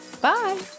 Bye